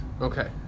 Okay